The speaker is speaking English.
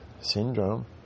syndrome